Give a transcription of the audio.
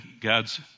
God's